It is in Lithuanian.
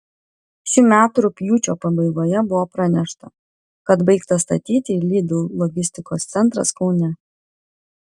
šių metų rugpjūčio pabaigoje buvo pranešta kad baigtas statyti lidl logistikos centras kaune